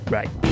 Right